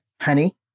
honey